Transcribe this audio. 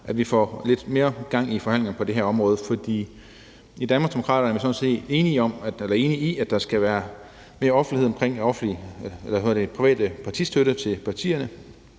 så vi får lidt mere gang i forhandlingerne på det her område. For i Danmarksdemokraterne er vi sådan set enige i, at der skal være mere offentlighed omkring privat partistøtte til partierne,